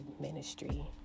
ministry